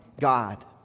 God